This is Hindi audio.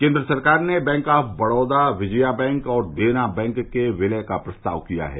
केन्द्र सरकार ने Bank of Baroda Vijaya Bank और देना बैंक के विलय का प्रस्ताव किया है